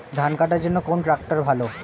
ধান কাটার জন্য কোন ট্রাক্টর ভালো?